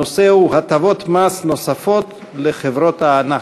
הנושא הוא: הטבות מס נוספות לחברות הענק.